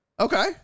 Okay